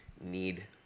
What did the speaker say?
need